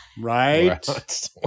Right